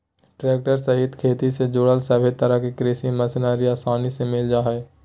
tractor सहित खेती से जुड़ल सभे तरह के कृषि मशीनरी आसानी से मिल जा हइ